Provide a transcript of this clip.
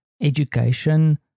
education